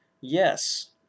yes